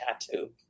tattoo